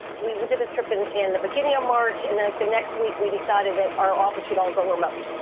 we would do this drippin in the beginning of march and then the next week, we decided that our office should all go remote.